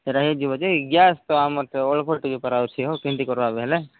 ସେଇରା ହେଇଯିବ ଯେ ଗ୍ୟାସ୍ ତ ଆମର ତ ଅଳ୍ପ ଟିକେ କରାହେଉଛି ହଉ କେମିତି କରିବା କହିଲେ